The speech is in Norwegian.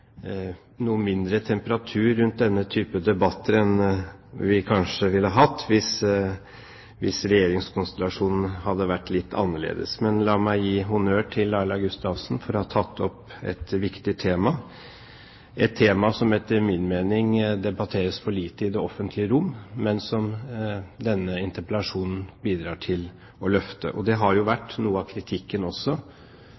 noe mindre temperatur rundt denne type debatter enn vi kanskje ville ha hatt hvis regjeringskonstellasjonen hadde vært litt annerledes. La meg gi honnør til Laila Gustavsen for å ha tatt opp et viktig tema, et tema som etter min mening debatteres for lite i det offentlige rom, men som denne interpellasjonen bidrar til å løfte. Det har